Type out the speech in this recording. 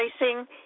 Racing